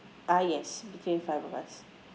uh yes between five of us